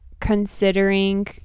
considering